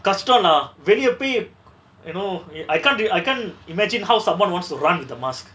கஸ்டோ:kasto lah வெளிய போய்:veliya poai you know eh I can't do I can't imagine how someone wants to run with the mask